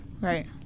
right